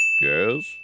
Yes